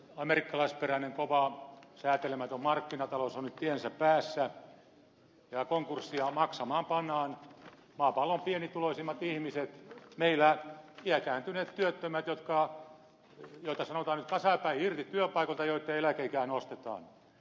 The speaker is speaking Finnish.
amerikkalaisperäinen kova säätelemätön markkinatalous on nyt tiensä päässä ja konkursseja maksamaan pannaan maapallon pienituloisimmat ihmiset meillä ikääntyneet työttömät joita sanotaan nyt kasapäin irti työpaikoilta ja joitten eläkeikää nostetaan